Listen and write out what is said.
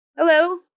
Hello